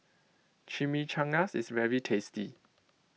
Chimichangas is very tasty